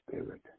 Spirit